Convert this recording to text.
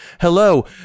Hello